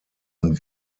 und